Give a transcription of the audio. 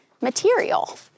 material